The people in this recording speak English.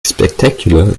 spectacular